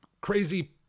crazy